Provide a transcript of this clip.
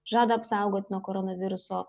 žada apsaugot nuo koronaviruso